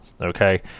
okay